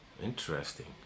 interesting